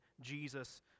Jesus